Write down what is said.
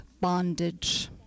bondage